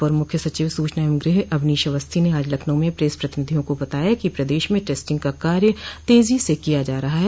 अपर मुख्य सचिव सूचना एवं गृह अवनीश अवस्थी ने आज लखनऊ में प्रेस प्रतिनिधियों को बताया कि प्रदेश में टेस्टिंग का कार्य तेजी से किया जा रहा है